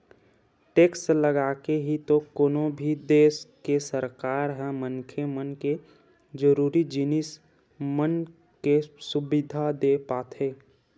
tax लगाके ही तो कोनो भी देस के सरकार ह मनखे मन के जरुरी जिनिस मन के सुबिधा देय पाथे